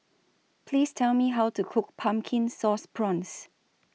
Please Tell Me How to Cook Pumpkin Sauce Prawns